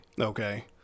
Okay